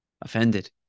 Offended